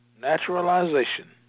Naturalization